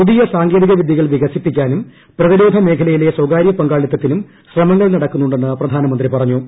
പുതിയ സാങ്കേതികവിദ്യകൾ വികസിപ്പിക്കാനും പ്രതിരോന മേഖലയിലെ സ്വകാര്യ പങ്കാളിത്തത്തിനും ശ്രമങ്ങൾ നടക്കുന്നുണ്ടെന്ന് പ്രധാനമന്ത്രി പറഞ്ഞു